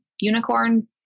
unicorn